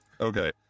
okay